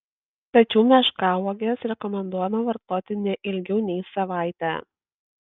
tačiau meškauoges rekomenduojama vartoti ne ilgiau nei savaitę